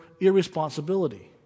irresponsibility